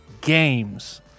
games